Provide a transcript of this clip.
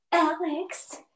Alex